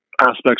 aspects